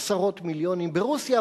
עשרות מיליונים ברוסיה,